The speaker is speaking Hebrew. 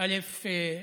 (אומר דברים בערבית: